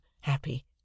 happy